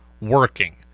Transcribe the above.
working